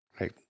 Right